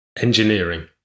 Engineering